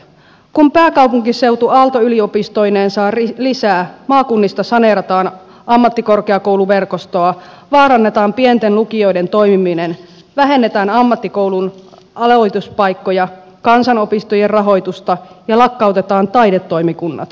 kun pääkaupunkiseutu aalto yliopistoineen saa lisää maakunnista saneerataan ammattikorkeakouluverkostoa vaarannetaan pienten lukioiden toimiminen vähennetään ammattikoulun aloituspaikkoja kansanopistojen rahoitusta ja lakkautetaan taidetoimikunnat